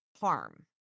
harm